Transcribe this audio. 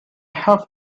have